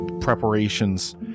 preparations